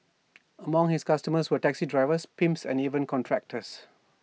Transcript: among his customers were taxi drivers pimps and even contractors